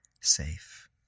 safe